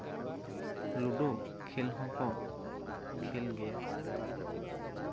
ᱞᱩᱰᱩ ᱠᱷᱮᱞ ᱦᱚᱸᱠᱚ ᱠᱷᱮᱞ ᱜᱮᱭᱟ